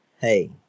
hey